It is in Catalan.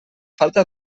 falta